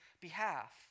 behalf